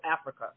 Africa